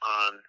on